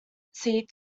seat